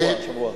שבוע.